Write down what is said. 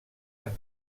han